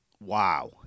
Wow